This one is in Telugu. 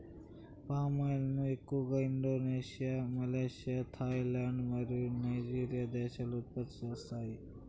పామాయిల్ ను ఎక్కువగా ఇండోనేషియా, మలేషియా, థాయిలాండ్ మరియు నైజీరియా దేశాలు ఉత్పత్తి చేస్తాయి